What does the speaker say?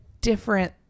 different